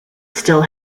still